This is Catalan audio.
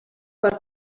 per